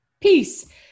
peace